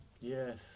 Yes